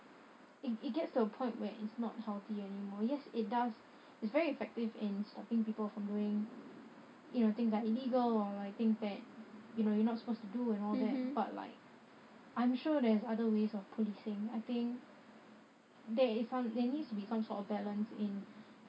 it it gets to a point where it's not healthy anymore yes it does it's very effective in stopping people from doing you know things like illegal or like things that you know you're not supposed to do and all that but like I'm sure there's other ways of policing I think there is something there needs to be some sort of balance in